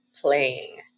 playing